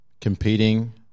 competing